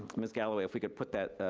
mrs. galloway, if we could put that,